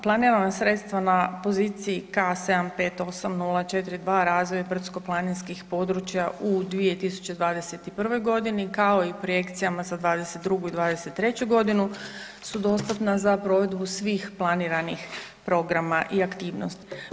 Planirana sredstva na poziciji K758042 razvoj brdsko planinskih područja u 2021.g. kao i projekcijama za '22. i '23.g. su dostatna za provedbu svih planiranih programa i aktivnosti.